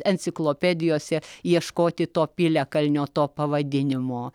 enciklopedijose ieškoti to piliakalnio to pavadinimo